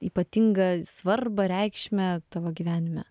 ypatingą svarbą reikšmę tavo gyvenime